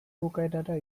bukaerara